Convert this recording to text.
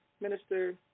Minister